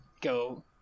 go